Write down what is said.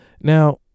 now